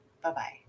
Bye-bye